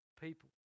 people